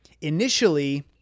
initially